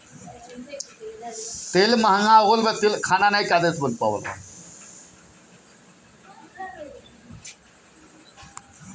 एकरी तेल में खाना बड़ा निमन बनेला